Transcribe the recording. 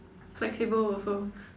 flexible also